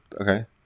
Okay